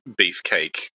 beefcake